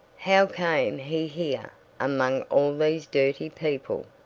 how came he here among all these dirty people?